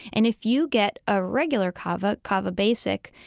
and if you get a regular cava, cava basic,